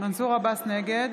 נגד